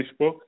Facebook